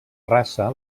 raça